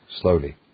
slowly